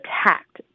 attacked